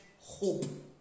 hope